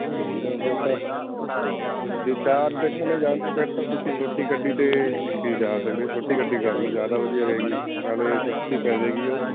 ਜਿਆਦਾ ਤਾ ਚਾਰ ਜਿਹੜੇ ਨੇ ਜਾਣਾ ਫਿਰ ਤਾਂ ਤੁਸੀਂ ਛੋਟੀ ਗੱਡੀ ਤੇ ਜਾ ਸਕਦੇ ਛੋਟੀ ਗੱਡੀ ਕਰ ਲਓ ਜਿਆਦਾ ਵਧੀਆ ਰਹੇਗੀ ਨਾਲੇ ਸਸਤੀ ਪੈ ਜਾਏਗੀ ਉਹ